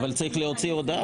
אבל צריך להוציא הודעה.